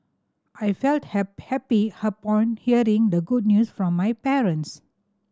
I felt happy upon hearing the good news from my parents